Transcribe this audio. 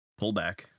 pullback